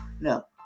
No